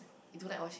you don't like washing